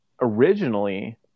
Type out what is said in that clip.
originally